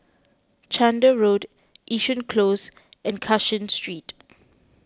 Chander Road Yishun Close and Cashin Street